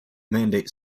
mandate